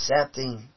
accepting